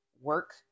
work